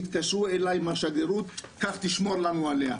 התקשרו אליי מהשגרירות וביקשו שאשמור להם עליה.